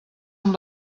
amb